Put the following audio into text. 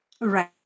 Right